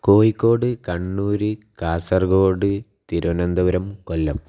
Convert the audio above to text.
Kozhikode Kannur Kasaragod Thiruvananthapuram Kollam